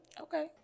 Okay